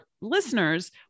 listeners